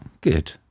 Good